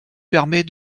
permet